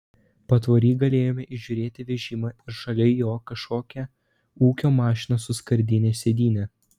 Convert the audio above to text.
patvory galėjome įžiūrėti vežimą ir šalia jo kažkokią ūkio mašiną su skardine sėdyne